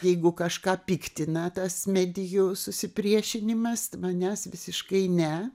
jeigu kažką piktina tas medijų susipriešinimas manęs visiškai ne